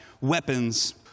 weapons